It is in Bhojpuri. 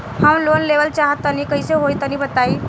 हम लोन लेवल चाहऽ तनि कइसे होई तनि बताई?